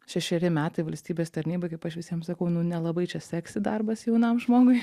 šešeri metai valstybės tarnyboj kaip aš visiem sakau nu nelabai čia seksi darbas jaunam žmogui